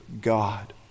God